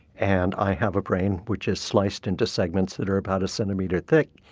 and i have a brain which is sliced into segments that are about a centimetre thick.